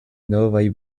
novaj